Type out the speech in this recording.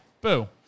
Boo